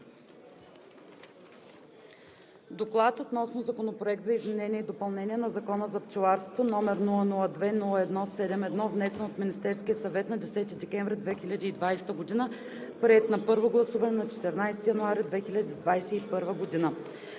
„Доклад относно Законопроект за изменение и допълнение на Закона за пчеларството, № 002-01-71, внесен от Министерския съвет на 10 декември 2020 г., приет на първо гласуване на 14 януари 2021 г.“